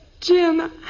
Jim